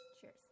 Cheers